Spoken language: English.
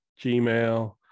Gmail